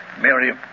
Mary